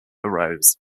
rose